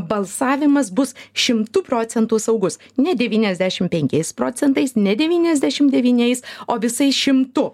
balsavimas bus šimtu procentų saugus ne devyniasdešim penkiais procentais ne devyniasdešim devyniais o visais šimtu